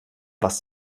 was